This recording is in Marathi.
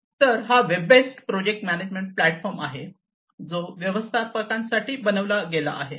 तर हा web based project management platform आहे जो व्यवस्थापकांसाठी बनवला आहे